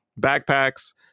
backpacks